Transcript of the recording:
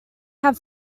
had